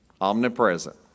Omnipresent